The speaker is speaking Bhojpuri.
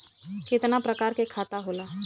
कितना प्रकार के खाता होला?